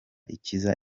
ikiza